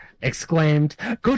exclaimed